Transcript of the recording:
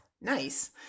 Nice